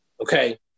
Okay